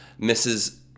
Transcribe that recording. Mrs